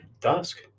dusk